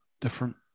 different